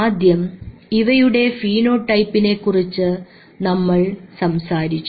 ആദ്യം ഇവയുടെ ഫീനോടൈപ്പിനെ കുറിച്ച് നമ്മൾ സംസാരിച്ചു